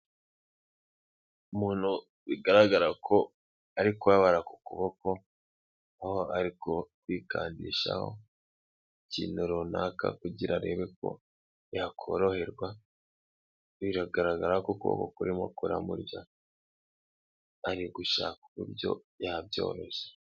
Umuntu bigaragara ko ari kubabara ku kuboko aho ari kwikandishaho ikintu runaka kugira arebe ko yakoroherwa biragaragara ko uko kuboko kurimo kuramurya arigushaka uburyo yabyoroshya.